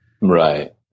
Right